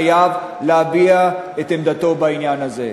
חייב להביע את עמדתו בעניין הזה.